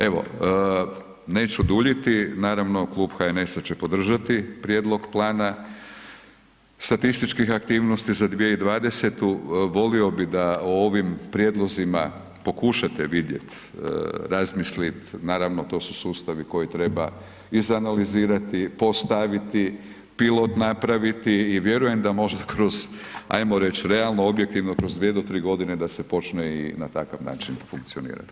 Evo, neću duljiti, naravno Klub HNS-a će podržati prijedlog plana statističkih aktivnosti za 2020., volio bi da o ovim prijedlozima pokušate vidjet, razmislit, naravno to su sustavi koje treba izanalizirati, postaviti, pilot napraviti i vjerujem da možda kroz ajmo reć realno objektivno kroz 2 do 3.g. da se počne i na takav način funkcionirati.